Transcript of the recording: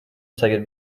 совет